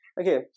Okay